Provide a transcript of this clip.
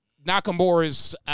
Nakamura's